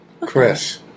Chris